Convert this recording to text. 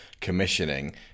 commissioning